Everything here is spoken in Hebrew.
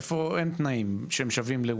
איפה אין תנאים שווים.